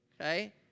okay